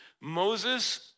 Moses